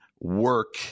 work